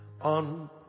On